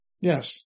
Yes